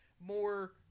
more